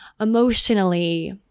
emotionally